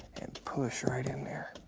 and push right in there.